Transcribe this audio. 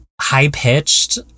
high-pitched